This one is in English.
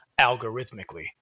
algorithmically